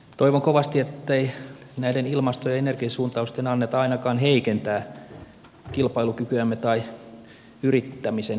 toivon kovasti ettei näiden ilmasto ja energiasuuntausten anneta ainakaan heikentää kilpailukykyämme tai yrittämisen henkeä